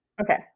Okay